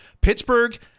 Pittsburgh